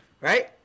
Right